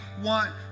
want